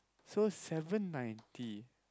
so seven ninety